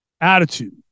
attitude